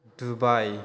Dubai